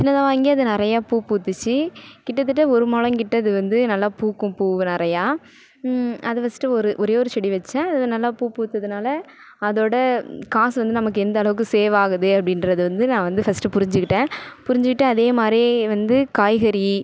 சின்னதாக வாங்கி அது நிறைய பூ பூத்துச்சு கிட்டத்தட்ட ஒரு முழம் கிட்ட அது வந்து நல்லா பூக்கும் பூ நிறையா அது ஃபஸ்ட்டு ஒரு ஒரு ஒரே செடி வெச்சேன் அது நல்லா பூ பூத்ததுனால அதோட காசு வந்து நமக்கு எந்த அளவுக்கு சேவாகுது அப்படின்றது வந்து நான் வந்து ஃபஸ்ட்டு புரிஞ்சுகிட்டேன் புரிஞ்சுகிட்டு அதேமாதிரி வந்து காய்கறி